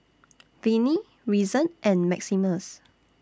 Viney Reason and Maximus